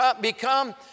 become